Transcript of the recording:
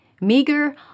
meager